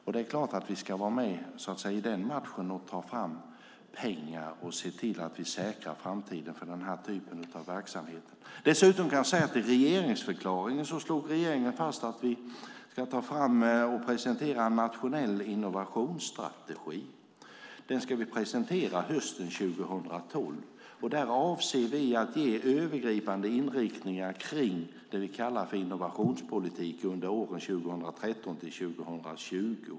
Det är klart att vi ska vara med och ta fram pengar och se till att vi säkrar den här typen av verksamhet i framtiden. I regeringsförklaringen slog regeringen fast att vi ska ta fram en nationell innovationsstrategi. Den ska vi presentera hösten 2012. Där avser vi att ge övergripande inriktningar för det som vi kallar innovationspolitik under åren 2013-2020.